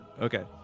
Okay